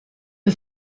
the